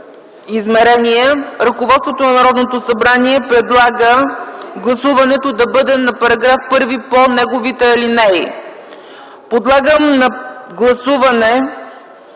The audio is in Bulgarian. измерения, ръководството на Народното събрание предлага гласуването на § 1 да бъде по неговите алинеи. Подлагам на гласуване